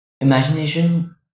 Imagination